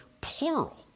plural